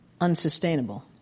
unsustainable